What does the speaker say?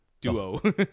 duo